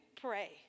pray